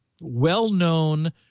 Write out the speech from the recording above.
well-known